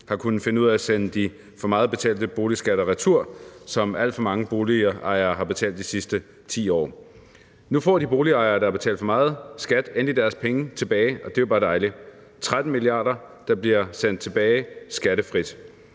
har kunnet finde ud af at sende de for meget betalte boligskatter retur, som alt for mange boligejere har betalt de sidste 10 år. Nu får de boligejere, der har betalt for meget skat, endelig deres penge tilbage, og det er jo bare dejligt. Det er 13 mia. kr., der bliver sendt tilbage skattefrit.